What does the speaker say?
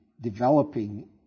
developing